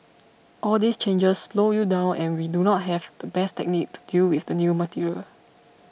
all these changes slow you down and we do not have the best technique to deal with the new material